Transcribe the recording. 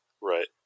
Right